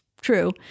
true